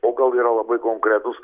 o gal yra labai konkretūs